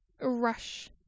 rush